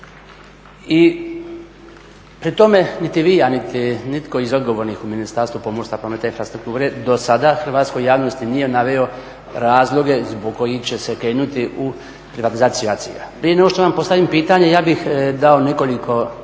i pri tome niti vi, a niti itko iz odgovornih Ministarstvu pomorstva, prometa i infrastrukture dosada hrvatskoj javnosti nije naveo razloge zbog kojih će se krenuti u privatizaciju ACI-ja. Prije nego što vam postavim pitanje ja bih dao nekoliko